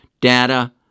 data